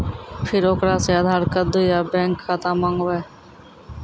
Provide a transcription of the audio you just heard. फिर ओकरा से आधार कद्दू या बैंक खाता माँगबै?